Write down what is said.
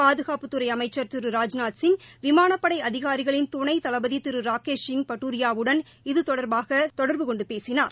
பாதுகாப்புத்துறைஅமைச்சர் திரு ராஜ்நாத் சிங் விமானப்படைஅதிகாரிகளின் துணைதளபதிதிருராக்கேஷ் சிங் பட்டுரியாவுடன் இது தொடர்பாகதொடர்பு கொண்டுபேசினார்